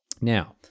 Now